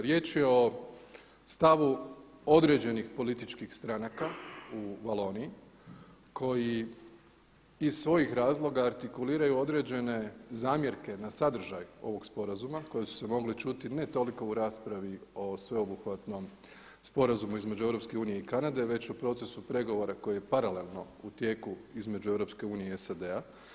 Riječ je o stavu određenih političkih stranaka u Valoniji koji iz svojih razloga artikuliraju određene zamjerke na sadržaj ovog sporazumije koje su se mogle čuti ne toliko u raspravi o sveobuhvatnom sporazumu između Europske unije i Kanade već u procesu pregovora koji je paralelno u tijeku između Europske unije i SAD-a.